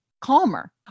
calmer